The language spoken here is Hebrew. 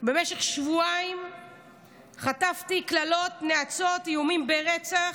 במשך שבועיים חטפתי קללות, נאצות, איומים ברצח.